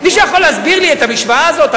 מישהו יכול להסביר לי את המשוואה הזאת?